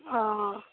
অঁ